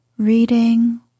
reading